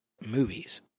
movies